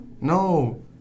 No